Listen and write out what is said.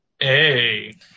Hey